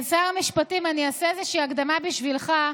שר המשפטים, אני אעשה איזושהי הקדמה בשבילך.